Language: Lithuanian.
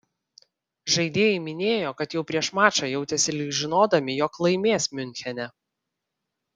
žaidėjai minėjo kad jau prieš mačą jautėsi lyg žinodami jog laimės miunchene